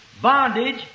bondage